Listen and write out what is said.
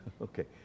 okay